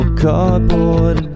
cardboard